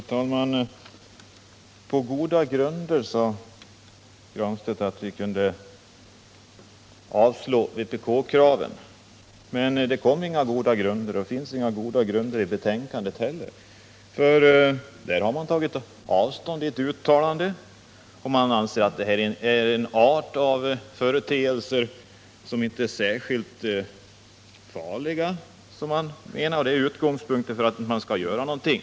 Herr talman! På goda grunder, sade Pär Granstedt, kan riksdagen avslå vpk-kravet. Men han anförde inga goda grunder. Det finns inte heller några goda grunder angivna i betänkandet. Där har man i ett uttalande tagit avstånd från åsiktsregistrering. Man anser att den är en art av företeelser som inte är särskilt farliga. Det är utgångspunkten för att man inte skall göra någonting.